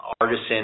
artisan